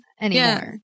anymore